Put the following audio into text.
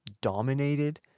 dominated